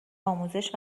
آموزش